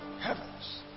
heavens